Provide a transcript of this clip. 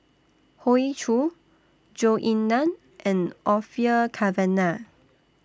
Hoey Choo Zhou Ying NAN and Orfeur Cavenagh